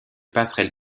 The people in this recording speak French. passerelle